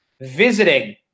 visiting